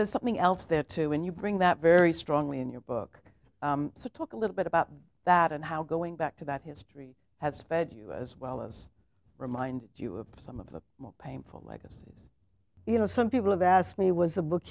there's something else there too and you bring that very strongly in your book to talk a little bit about that and how going back to that history has fed you as well as remind you of some of the more painful legacies you know some people have asked me was a book